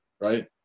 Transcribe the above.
right